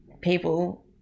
people